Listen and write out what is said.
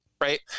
right